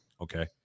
Okay